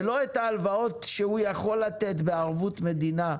ולא את ההלוואות שהוא יכול לתת בערבות מדינה,